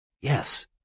yes